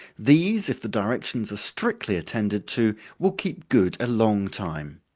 these, if the directions are strictly attended to, will keep good a long time.